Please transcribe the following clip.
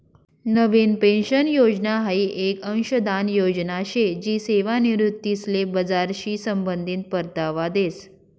नवीन pension योजना हाई येक अंशदान योजना शे जी सेवानिवृत्तीसले बजारशी संबंधित परतावा देस